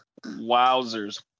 wowzers